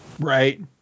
Right